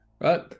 right